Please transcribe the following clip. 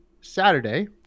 Saturday